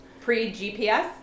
Pre-GPS